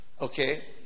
Okay